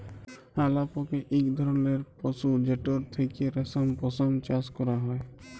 আলাপকে ইক ধরলের পশু যেটর থ্যাকে রেশম, পশম চাষ ক্যরা হ্যয়